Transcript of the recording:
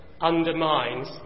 undermines